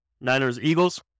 Niners-Eagles